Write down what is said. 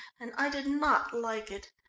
and i did not like it.